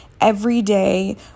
everyday